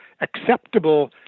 acceptable